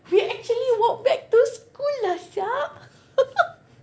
we actually walked back to school lah sia